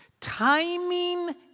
Timing